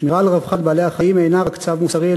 השמירה על רווחת בעלי-החיים אינה רק צו מוסרי,